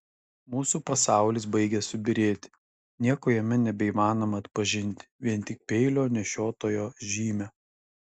mūsų pasaulis baigia subyrėti nieko jame nebeįmanoma atpažinti vien tik peilio nešiotojo žymę